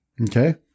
Okay